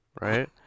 right